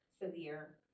severe